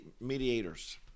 mediators